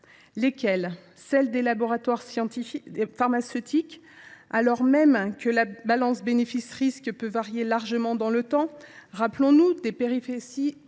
il ? Celles des laboratoires pharmaceutiques, alors même que la balance bénéfice risque peut varier largement dans le temps ? Rappelons nous des péripéties